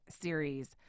series